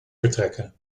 vertrekken